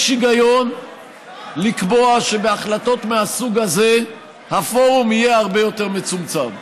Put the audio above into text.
יש היגיון לקבוע שבהחלטות מהסוג הזה הפורום יהיה הרבה יותר מצומצם.